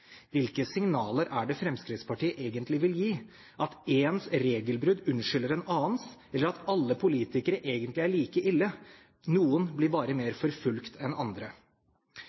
Hvilke signaler er det Fremskrittspartiet egentlig vil gi, at en persons regelbrudd unnskylder en annens, eller at alle politikere egentlig er like ille – noen blir bare mer «forfulgt» enn andre?